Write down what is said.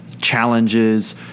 challenges